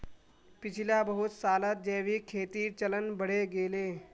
पिछला बहुत सालत जैविक खेतीर चलन बढ़े गेले